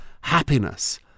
happiness